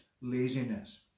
laziness